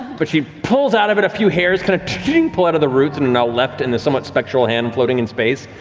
but she pulls out of it, a few hairs kind of pull out of the roots and are now left in the somewhat spectral hand floating in space,